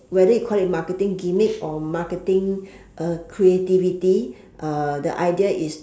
whether you call it marketing gimmick or marketing uh creativity uh the idea is